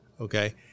okay